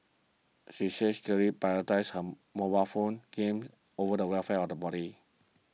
she said she clearly prioritised him mobile phone game over the welfare of the body